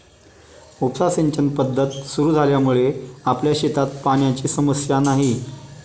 उपसा सिंचन पद्धत सुरु झाल्यामुळे आपल्या शेतात पाण्याची समस्या नाही